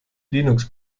linux